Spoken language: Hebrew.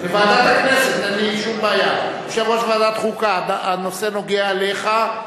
אני קובע שהצעת החוק עברה בקריאה טרומית,